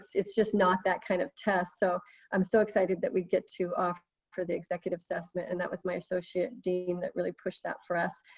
it's just not that kind of test. so i'm so excited that we get to offer the executive assessment. and that was my associate dean that really pushed that for us.